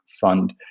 fund